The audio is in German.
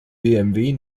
bmw